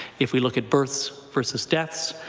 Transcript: if we look at births versus deaths,